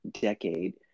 decade